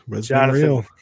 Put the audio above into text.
Jonathan